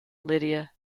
lydia